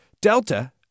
Delta